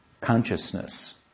consciousness